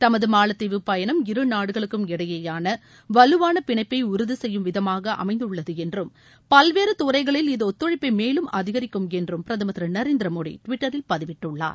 தமது மாலத்தீவு பயணம் இருநாடுகளுக்கும் இடையேயான வலுவான பிணைப்பை உறுதிசெய்யும் விதமாக அமைந்துள்ளது என்றும் பல்வேறு துறைகளில் இது ஒத்துழைப்பை மேலும் அதிகிக்கும் என்றும் பிரதமர் திரு நரேந்திர மோடி டுவிட்டரில் பதிவிட்டுள்ளார்